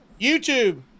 youtube